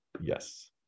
Yes